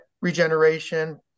regeneration